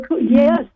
Yes